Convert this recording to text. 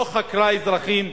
לא חקרה אזרחים?